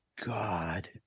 God